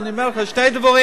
זה, אני אומר לך, שני דברים.